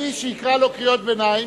מי שיקרא לו קריאות ביניים,